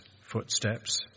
footsteps